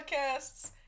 podcasts